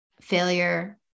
failure